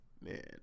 man